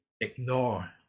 ignore